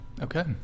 Okay